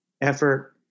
effort